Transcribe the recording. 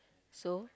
so